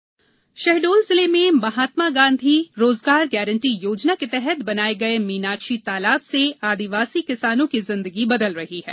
मीनाक्षी तालाब शहडोल जिले में महात्मा गांधी रोजगार गारंटी योजना के तहत बनाये गये मीनाक्षी तालाब से आदिवासी किसानों की जिंदगी बदल रही है